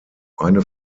eine